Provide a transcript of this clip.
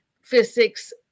physics